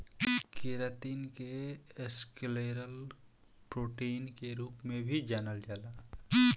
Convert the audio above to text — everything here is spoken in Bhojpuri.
केरातिन के स्क्लेरल प्रोटीन के रूप में भी जानल जाला